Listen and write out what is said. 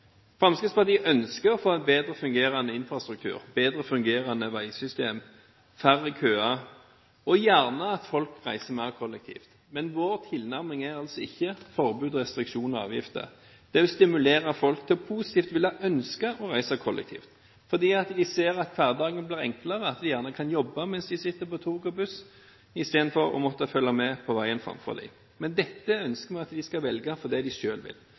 Fremskrittspartiet ønsker å få en bedre fungerende infrastruktur, bedre fungerende veisystemer, færre køer og gjerne at folk reiser mer kollektivt. Men vår tilnærming er altså ikke forbud, restriksjoner og avgifter. Det er å stimulere folk til positivt å ønske å reise kollektivt, for de ser at hverdagen blir enklere, de ser at de gjerne kan jobbe mens de sitter på tog og buss i stedet for å måtte følge med på veien framfor seg. Men vi ønsker at de skal velge dette fordi de selv vil.